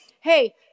hey